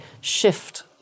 shift